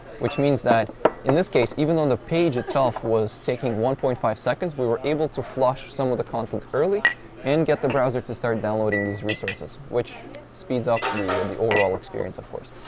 which means that in this case, even though the page itself was taking one point five seconds, we were able to flush some of the content early and get the browser to start downloading these resources, which speeds up the the overall experience, of course.